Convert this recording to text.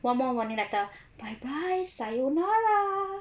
one more warning letter bye bye sayonara